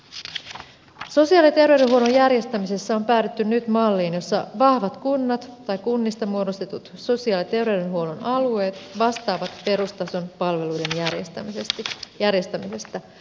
sosiaali ja terveydenhuollon järjestämisessä on päädytty nyt malliin jossa vahvat kunnat tai kunnista muodostetut sosiaali ja terveydenhuollon alueet vastaavat perustason palveluiden järjestämisestä